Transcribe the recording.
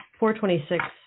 426